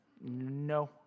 No